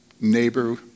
neighbor